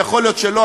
ויכול להיות שלא,